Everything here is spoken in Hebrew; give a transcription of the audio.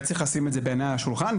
וצריך לשים את זה בעיני השולחן.